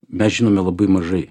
mes žinome labai mažai